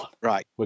Right